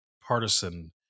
partisan